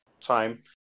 time